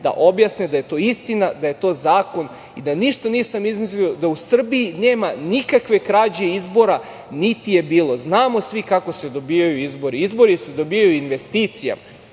da objasne da je to istina, da je to zakon i da ništa nisam izmislio, da u Srbiji nema nikakve krađe izbora, niti je bilo. Znamo svi kako se dobijaju izbori. Izbori se dobijaju investicijama.